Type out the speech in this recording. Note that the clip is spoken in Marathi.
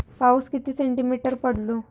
पाऊस किती सेंटीमीटर पडलो?